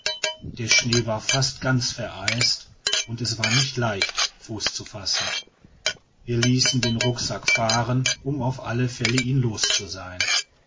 der schnee war fast ganz vereist und es war nicht leicht fuß zu fassen wir ließen den rucksack fahren um auf alle fälle ihn los zu sein